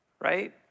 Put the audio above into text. right